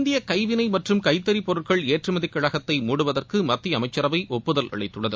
இந்திய கைவினை மற்றும் கைத்தறி பொருட்கள் ஏற்றுமதி கழகத்தை மூடுவதற்கு மத்திய அமைச்சரவை ஒப்புதல் அளித்துள்ளது